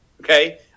Okay